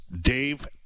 Dave